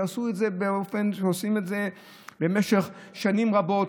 שעשו את זה באופן שעושים את זה במשך שנים רבות,